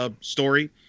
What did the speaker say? story